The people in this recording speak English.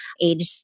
age